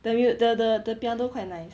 the the the the piano quite nice